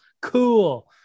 Cool